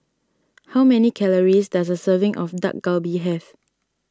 how many calories does a serving of Dak Galbi have